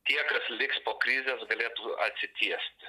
tie kas liks po krizės galėtų atsitiesti